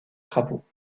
travaux